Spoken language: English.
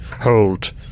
Hold